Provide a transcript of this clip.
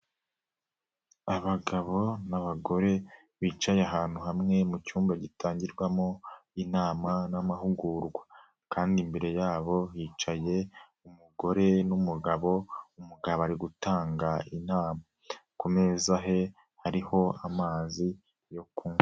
Abagabo n'abagore bicaye ahantu hamwe mu cyumba gitangirwamo inama n'amahugurwa kandi imbere yabo hicaye umugore n'umugabo, umugabo ari gutanga inama. Ku meza he hariho amazi yo kunywa.